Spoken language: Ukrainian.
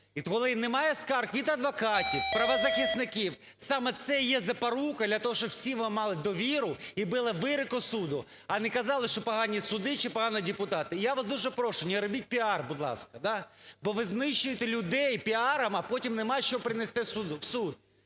коли немає скарг від адвокатів, правозахисників, саме це є запорука для того, щоб всі ви мали довіру і були вироки суду, а не казали, що погані суди, чи погані депутати. Я вас дуже прошу не робіть піар, будь ласка, бо ви знищуєте людей піаром, а потім нема що принести в суд.